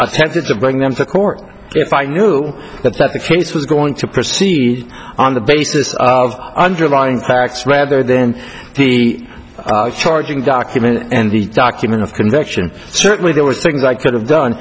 attempted to bring them to court if i knew that the chase was going to proceed on the basis of underlying facts rather than the charging document and the document of conviction certainly there were things i could have done